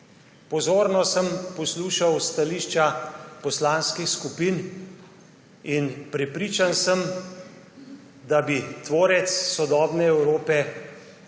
Pozorno sem poslušal stališča poslanskih skupin in prepričan sem, da bi tvorec sodobne Evrope,